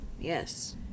Yes